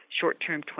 short-term